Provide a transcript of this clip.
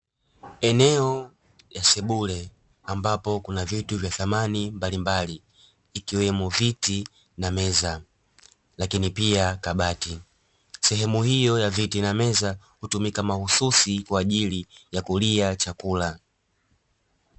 Enao ya sebule ambapo kuna vitu vya samani mbalimbali, ikiwemo viti na meza, lakini pia kabati. Sehemu hii ya viti na meza hutumika mahususi kama kwa ajili ya kulia chakula.